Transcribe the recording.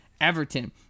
Everton